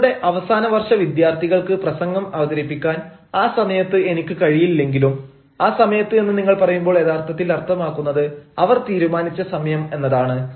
നിങ്ങളുടെ അവസാന വർഷ വിദ്യാർഥികൾക്ക് പ്രസംഗം അവതരിപ്പിക്കാൻ ആ സമയത്ത് എനിക്ക് കഴിയില്ലെങ്കിലും ആ സമയത്ത് എന്ന് നിങ്ങൾ പറയുമ്പോൾ യഥാർത്ഥത്തിൽ അർത്ഥമാക്കുന്നത് അവർ തീരുമാനിച്ച സമയം എന്നതാണ്